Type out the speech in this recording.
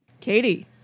Katie